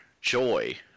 Joy